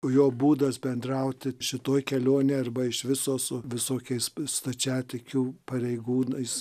jo būdas bendrauti šitoj kelionėj arba iš viso su visokiais stačiatikių pareigūnais